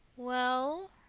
well,